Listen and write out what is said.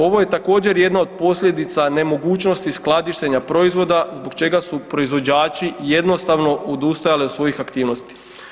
Ovo je također jedan od posljedica nemogućnosti skladištenja proizvoda zbog čega su proizvođači jednostavno odustajali od svojih aktivnosti.